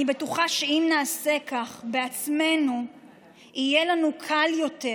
אני בטוחה שאם נעשה כך בעצמנו יהיה לנו קל יותר